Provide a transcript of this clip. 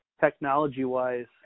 technology-wise